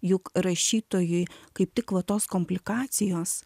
juk rašytojui kaip tik va tos komplikacijos